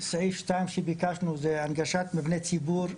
סעיף שתיים שביקשנו הוא נגישות למבני ציבור.